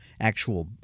actual